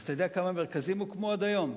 אז אתה יודע כמה מרכזים הוקמו עד היום?